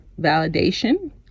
validation